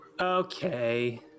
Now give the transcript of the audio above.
Okay